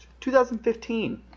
2015